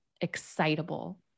Excitable